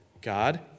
God